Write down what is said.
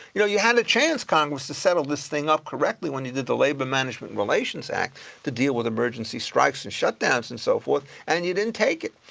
you know you had a chance congress to settle this thing up correctly when you did the labor management and relations act to deal with emergency strikes and shutdowns and so forth, and you didn't take it,